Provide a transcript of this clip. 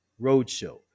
Roadshow